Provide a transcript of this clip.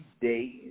days